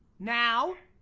now,